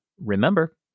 remember